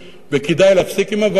וכדאי להפסיק עם הוועדות,